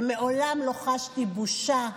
ומעולם לא חשתי בושה,